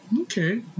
okay